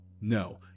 No